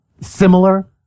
similar